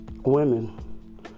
Women